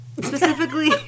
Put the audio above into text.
Specifically